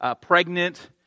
pregnant